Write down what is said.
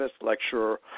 lecturer